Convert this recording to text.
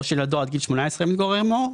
או של ילדו עד גיל 18 המתגורר עמו.